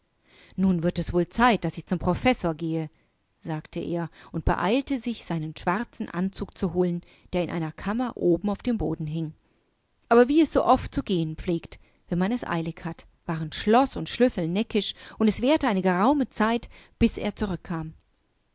nun wird es wohl zeit daß ich zum professor gehe sagte er und beeilte sich seinen schwarzen anzug zu holen der in einer kammer oben auf dem bodenhing aberwieessooftzugehenpflegt wennmaneseilighat waren schloß und schlüssel neckisch und es währte eine geraume zeit bis er zurückkam